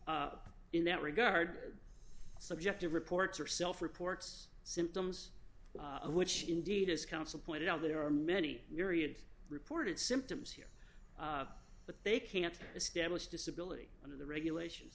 and in that regard subjective reports or self reports symptoms which indeed as counsel pointed out there are many myriad reported symptoms here but they can't establish disability under the regulations